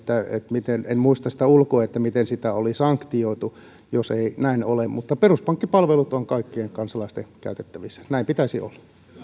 miten en muista sitä ulkoa sitä oli sanktioitu jos ei näin ole mutta peruspankkipalvelut ovat kaikkien kansalaisten käytettävissä näin pitäisi olla